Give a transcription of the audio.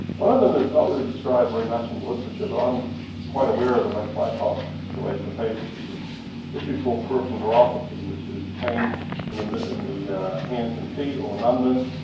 one of them is not really described very much in literature, but i'm quite aware of amongst my population of patients is this issue called peripheral neuropathy, which is pain in the in the hands and feet or numbness